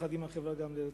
יחד עם החברה, גם לארץ-ישראל.